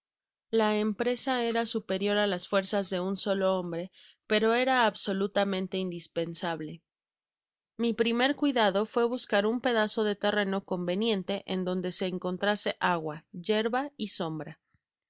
la empresa era superior á las fuerzas de un solo hombre pero era absolutamente indispensable mi primer cuidado fué buscar un pedazo de terreno conveniente en donde se encontrase agua yerba y sombra